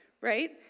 right